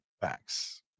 Facts